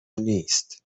نیست